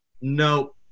no